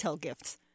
gifts